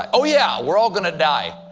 oh, yeah, we're all going to die